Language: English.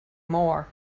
more